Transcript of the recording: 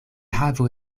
havo